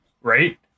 right